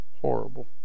horrible